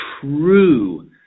true